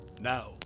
Now